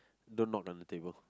don't knock on the table